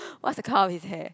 what's the color of his hair